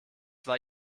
war